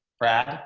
brad